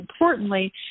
importantly